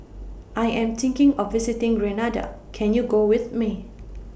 I Am thinking of visiting Grenada Can YOU Go with Me